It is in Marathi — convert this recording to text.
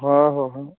हो हो हो